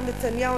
מר נתניהו,